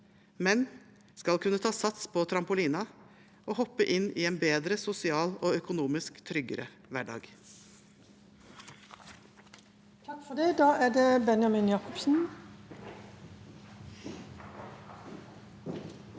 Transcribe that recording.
men skal kunne ta sats på trampolinen og hoppe inn i en bedre sosial og økonomisk tryggere hverdag.